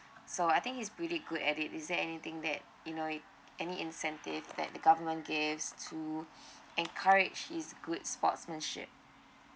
so I think he's pretty good at it is there anything that you know it any incentive that the government gives to encourage his good sportsmanship